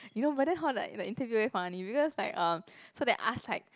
you know but then hor like the interview very funny because like um so they ask like